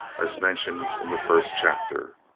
as mentioned in the first chapter.